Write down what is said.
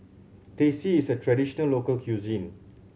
Teh C is a traditional local cuisine